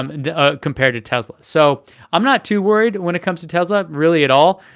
um and ah compared to tesla. so i'm not too worried when it comes to tesla, really at all.